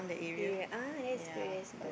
area ah that's good that's good